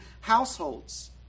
households